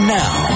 now